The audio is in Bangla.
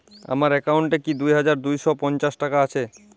আমার অ্যাকাউন্ট এ কি দুই হাজার দুই শ পঞ্চাশ টাকা আছে?